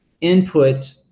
input